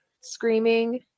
screaming